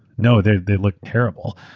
no, they they look terrible.